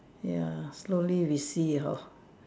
ya slowly we see her